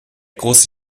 große